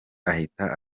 ahita